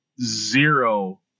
zero